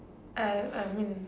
I I mean